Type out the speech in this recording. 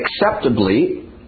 acceptably